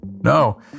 No